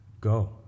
Go